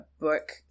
book